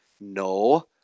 no